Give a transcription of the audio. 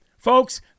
Folks